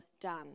done